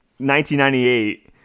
1998